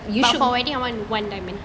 you should